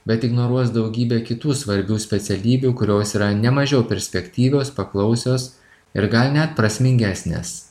bet ignoruos daugybę kitų svarbių specialybių kurios yra ne mažiau perspektyvios paklausios ir gal net prasmingesnės